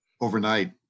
overnight